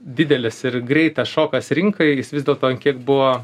didelis ir greitas šokas rinkai jis vis dėlto ant kiek buvo